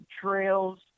trails